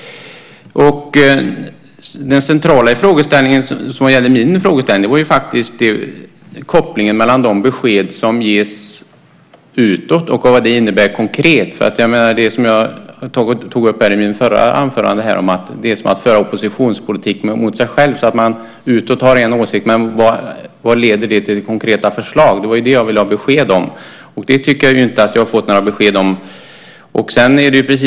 Det centrala i min frågeställning var kopplingen mellan de besked som ges utåt och vad det innebär konkret. Jag tog i mitt förra inlägg upp att det är som att föra oppositionspolitik mot sig själv och att man utåt har en åsikt. Men vilka konkreta förslag leder det till? Det var det som jag ville ha besked om. Det tycker jag inte att jag har fått några besked om.